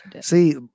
See